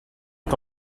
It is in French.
est